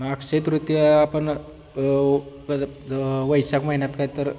मग अक्षय्यतृतीया आपण वैशाख महिन्यात काय तर